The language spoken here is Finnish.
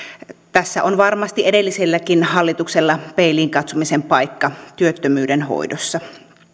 tässä on varmasti edelliselläkin hallituksella peiliin katsomisen paikka työttömyyden hoidossa